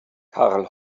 karl